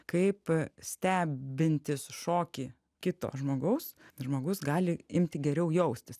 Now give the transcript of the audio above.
kaip stebintis šokį kito žmogaus žmogus gali imti geriau jaustis